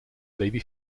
baby